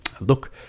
look